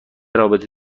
رابطه